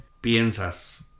Piensas